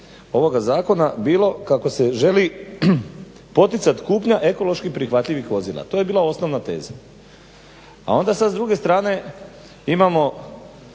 ovoga zakona bilo kako se želi poticati kupnja ekološki prihvatljivih vozila. To je bila osnovna teza. A onda sad s druge strane imamo